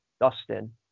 Dustin